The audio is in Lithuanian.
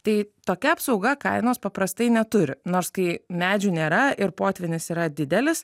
tai tokia apsauga kainos paprastai neturi nors kai medžių nėra ir potvynis yra didelis